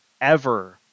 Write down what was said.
ever-